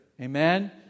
Amen